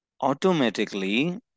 automatically